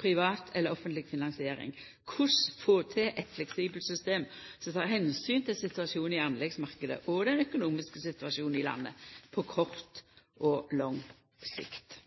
privat eller offentleg finansiering, korleis skal vi få til eit fleksibelt system som tek omsyn til situasjonen i anleggsmarknaden og den økonomiske situasjonen i landet på kort og lang sikt?